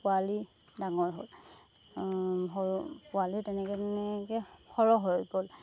পোৱালি ডাঙৰ হ'ল সৰু পোৱালী তেনেকৈ তেনেকৈ সৰহ হৈ গ'ল